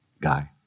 guy